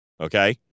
Okay